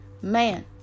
Man